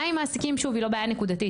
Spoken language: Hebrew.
זו לא בעיה נקודתית,